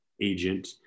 agent